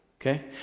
okay